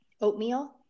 oatmeal